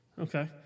Okay